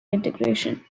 integration